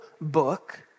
book